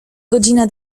godzina